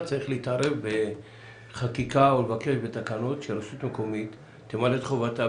צריך להתערב בחקיקה או לבקש בתקנות שהרשות המקומית תמלא את חובתה,